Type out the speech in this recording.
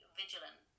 vigilant